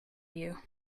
you